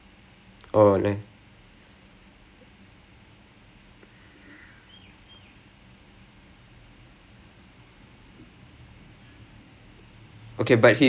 we talk a lot of about cricket and everything you know that kind of so me and hen matt we are actually friends he and he அப்போ அப்போ:appo appo he will come help me with coaching you all that kind of stuff ah so he